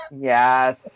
Yes